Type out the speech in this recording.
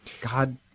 God